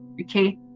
Okay